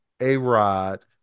A-Rod